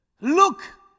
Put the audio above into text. Look